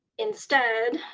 instead,